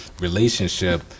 relationship